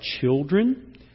children